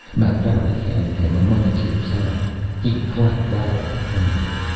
mapfarity handed him a mucketeer's hat he clapped that on firmly.